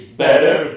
better